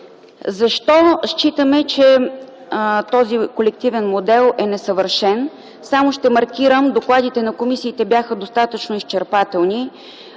Защо считаме, че този колективен модел е несъвършен? Само ще маркирам. Докладите на комисиите бяха достатъчно изчерпателни.